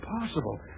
impossible